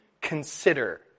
consider